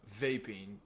vaping